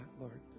Lord